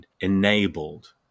enabled